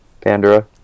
Pandora